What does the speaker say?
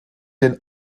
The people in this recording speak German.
den